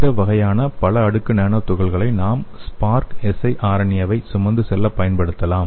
இந்த வகையான பல அடுக்கு நானோ துகள்களை நாம் SPARC siRNA ஐ சுமந்து செல்ல பயன் படுத்தலாம்